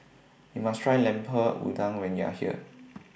YOU must Try Lemper Udang when YOU Are here